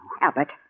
Albert